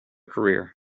career